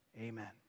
Amen